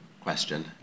question